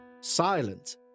silent